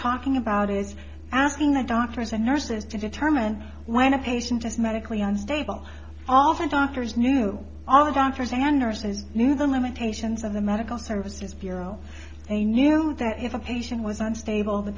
talking about is asking the doctors and nurses to determine when a patient is medically unstable often doctors knew all doctors and nurses knew the limitations of the medical services bureau they knew that if a patient was unstable the